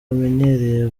bamenyereye